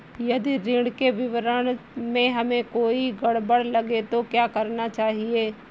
यदि ऋण के विवरण में हमें कोई गड़बड़ लगे तो क्या करना चाहिए?